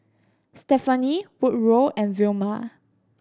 Stephany Woodrow and Vilma